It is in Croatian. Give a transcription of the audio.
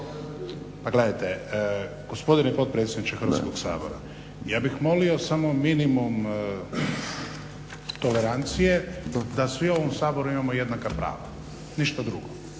Ma gledajte, gospodine potpredsjedniče Hrvatskog sabora, ja bih molio samo minimum tolerancije da svi u ovom Saboru imamo jednaka prava, ništa drugo.